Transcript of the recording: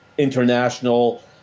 international